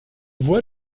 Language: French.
voit